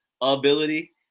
ability